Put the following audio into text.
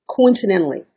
coincidentally